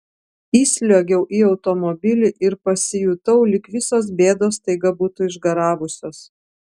įsliuogiau į automobilį ir pasijutau lyg visos bėdos staiga būtų išgaravusios